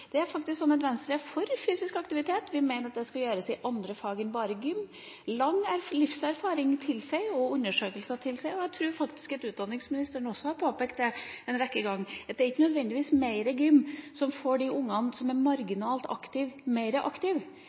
Det er faktisk sånn at Venstre er for fysisk aktivitet – vi mener at det skal gjøres i andre fag enn bare gym. Lang livserfaring tilsier, og undersøkelser tilsier, og jeg tror faktisk at utdanningsministeren også har påpekt det en rekke ganger, at det er ikke nødvendigvis mer gym som får de ungene som er marginalt aktive, mer aktive